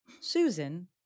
Susan